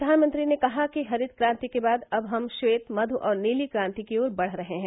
प्रधानमंत्री ने कहा कि हरित क्रांति के बाद अब हम स्वेत मधु और नीली क्रांति की ओर बढ़ रहे हैं